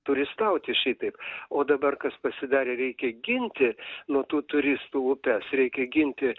turistauti šitaip o dabar kas pasidarė reikia ginti nuo tų turistų upes reikia ginti